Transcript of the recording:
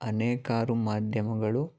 ಅನೇಕಾರು ಮಾಧ್ಯಮಗಳು